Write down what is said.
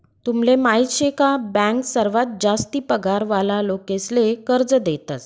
तुमले माहीत शे का बँक सर्वात जास्ती पगार वाला लोकेसले कर्ज देतस